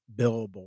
billable